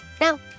Now